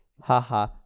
haha